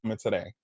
today